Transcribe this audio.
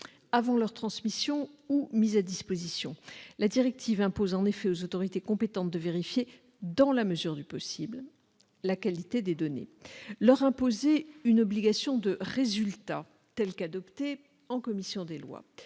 avant leur transmission ou mise à disposition. La directive impose en effet aux autorités compétentes de vérifier, dans la mesure du possible, la qualité des données. Leur imposer une obligation de résultat, telle qu'elle a été adoptée en commission des lois,